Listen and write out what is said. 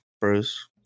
Bruce